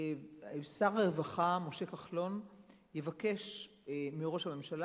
שר הרווחה משה כחלון יבקש מראש הממשלה